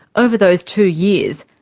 over those two years,